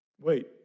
Wait